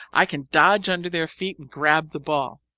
i can dodge under their feet and grab the ball.